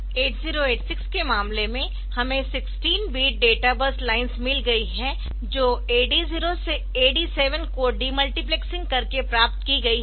8086 के मामले में हमें 16 बिट डेटा बस लाइन्स मिल गई है जो AD0 से AD15 को डीमल्टीप्लेसिंग करके प्राप्त की गई है